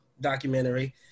documentary